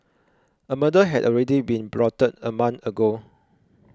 a murder had already been plotted a month ago